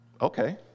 okay